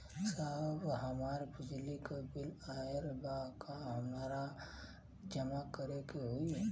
साहब हमार बिजली क बिल ऑयल बा कहाँ जमा करेके होइ?